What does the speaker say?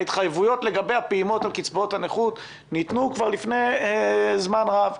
ההתחייבויות לגבי הפעימות על קצבאות הנכות ניתנו כבר לפני זמן רב.